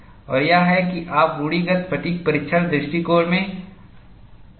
और यह है कि आप रूढ़िगत फ़ैटिग् परीक्षण दृष्टिकोण में कैसे आगे बढ़े हैं